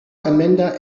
amanda